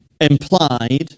implied